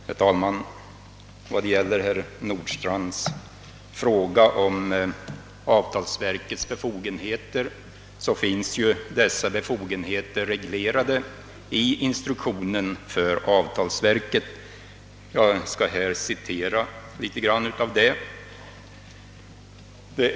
Herr talman! Vad gäller herr Nordstrandhs fråga om avtalsverkets befogenheter finns ju dessa reglerade i instruktionen för avtalsverket. Jag skall här citera litet ur den.